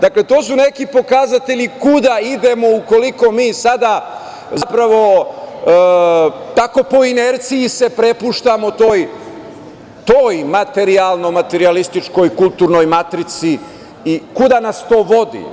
Dakle, to su neki pokazatelji kuda idemo ukoliko mi sada zapravo, tako po inerciji se prepuštamo toj materijalno-materijalističkoj kulturnoj matrici i kuda nas to vodi.